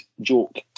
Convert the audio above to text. joke